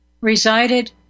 resided